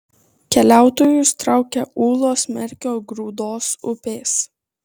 keliautojus traukia ūlos merkio grūdos upės